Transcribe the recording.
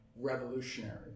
revolutionary